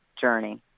journey